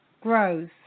grows